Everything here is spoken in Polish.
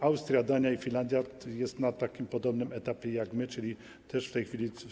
Austria, Dania i Finlandia są na podobnym etapie jak my, czyli też w tej chwili.